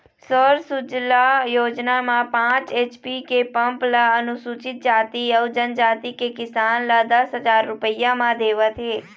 सौर सूजला योजना म पाँच एच.पी के पंप ल अनुसूचित जाति अउ जनजाति के किसान ल दस हजार रूपिया म देवत हे